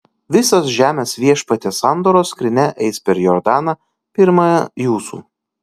visos žemės viešpaties sandoros skrynia eis per jordaną pirma jūsų